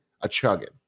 a-chugging